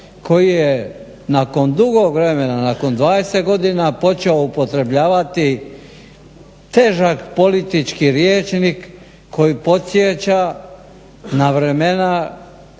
koji je nakon dugog vremena nakon 20 godina počeo upotrebljavati težak politički rječnik koji podsjeća na vremena